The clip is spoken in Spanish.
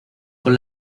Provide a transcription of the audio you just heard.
con